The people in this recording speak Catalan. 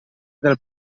del